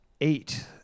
eight